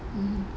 mm